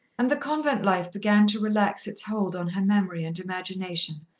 and the convent life began to relax its hold on her memory and imagination,